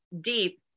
deep